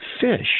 fish